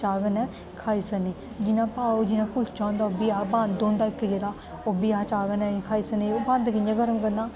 चाह् कन्नै खाई सकने जियां पाव जियां कुल्चा होंदा जां बंद होंदा इक जेह्ड़ा ओह् बी अस चाह् कन्नै खाई सकने बंद कि'यां गरम करना